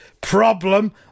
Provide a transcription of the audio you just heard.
problem